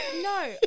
no